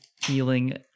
feeling